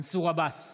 מנסור עבאס,